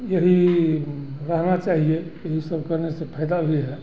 यही रहना चाहिए फिर ये सब करने से फायदा भी है